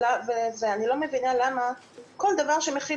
ואני לא מבינה למה לא כל דבר שמכיל